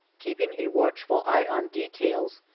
keeping a watchful eye on details,